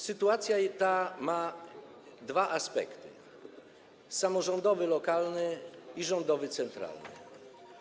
Sytuacja ta ma dwa aspekty: samorządowy, lokalny, i rządowy, centralny.